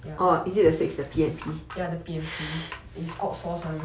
ya the P_M_P it's outsource [one]